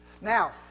Now